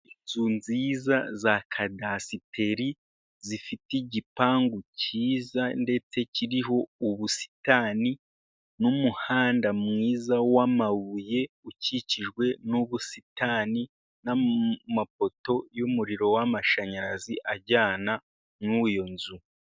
Inzu nziza za kadasiteri, zifite igipangu cyiza, ndetse kiriho ubusitani n'umuhanda mwiza w'amabuye, ukikijwe n'ubusitani, n'amapoto y'umuriro w'amashanyarazi ajyana mu iyo nzu.